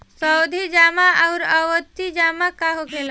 सावधि जमा आउर आवर्ती जमा का होखेला?